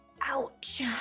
ouch